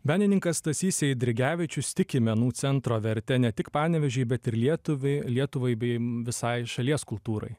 menininkas stasys eidrigevičius tiki menų centro verte ne tik panevėžiui bet ir lietuvai lietuvai bei visai šalies kultūrai